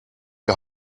die